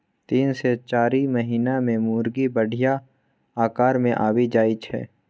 तीन सँ चारि महीना मे मुरगी बढ़िया आकार मे आबि जाइ छै